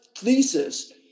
thesis